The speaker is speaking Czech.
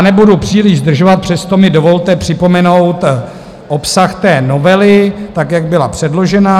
Nebudu příliš zdržovat, přesto mi dovolte připomenout obsah novely, jak byla předložena.